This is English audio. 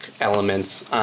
elements